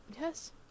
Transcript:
Yes